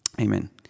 amen